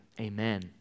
Amen